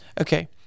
Okay